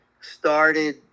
started